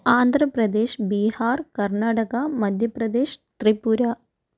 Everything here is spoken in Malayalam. ആന്ധ്രപ്രദേശ് ബീഹാർ കർണ്ണാടക മധ്യപ്രദേശ് ത്രിപുര